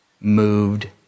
moved